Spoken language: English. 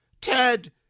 Ted